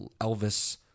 Elvis